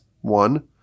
one